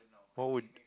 what would